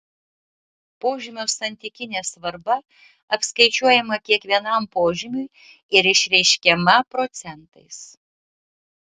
požymio santykinė svarba apskaičiuojama kiekvienam požymiui ir išreiškiama procentais